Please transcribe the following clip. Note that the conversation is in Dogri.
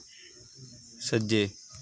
सज्जे